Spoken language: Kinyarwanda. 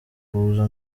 kuza